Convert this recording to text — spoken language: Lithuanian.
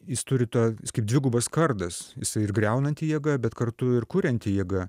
jis turi to jis kaip dvigubas kardas jisai ir griaunanti jėga bet kartu ir kurianti jėga